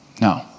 No